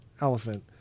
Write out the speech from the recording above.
Elephant